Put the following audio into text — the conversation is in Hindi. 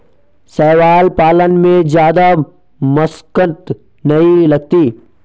शैवाल पालन में जादा मशक्कत नहीं लगती